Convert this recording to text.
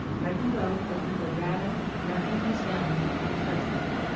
but he wrote that he would rather nothing was done at present.